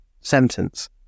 sentence